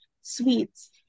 sweets